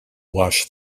wash